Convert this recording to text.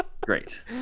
Great